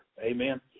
Amen